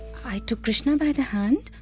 i took krishna by the handu.